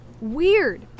Weird